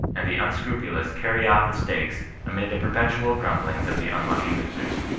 and the unscrupu lous carry off the stakes amid the perpetual grumblings of the unlucky losers.